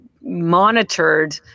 monitored